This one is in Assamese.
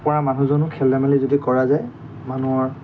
পৰা মানুহজনো খেল ধেমালি যদি কৰা যায় মানুহৰ